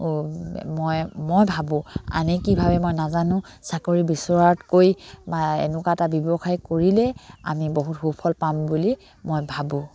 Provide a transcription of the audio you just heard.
মই ভাবোঁ আনে কিভাৱে মই নাজানো চাকৰি বিচৰাতকৈ বা এনেকুৱা এটা ব্যৱসায় কৰিলে আমি বহুত সুফল পাম বুলি মই ভাবোঁ